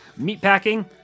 meatpacking